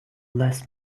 less